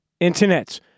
Internets